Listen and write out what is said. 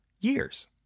years